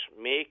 make